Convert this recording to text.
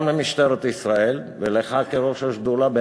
גם למשטרת ישראל וגם לך כראש השדולה,